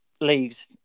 leagues